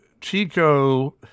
Chico